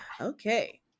okay